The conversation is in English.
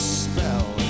spell